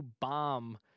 bomb